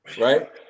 right